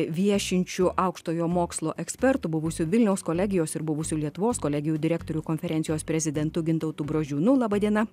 viešinčiu aukštojo mokslo ekspertu buvusių vilniaus kolegijos ir buvusių lietuvos kolegijų direktorių konferencijos prezidentu gintautu brožiunu laba diena